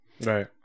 Right